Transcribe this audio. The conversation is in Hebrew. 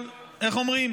איך אומרים?